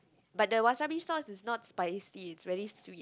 but the wasabi sauce is not spicy is very sweet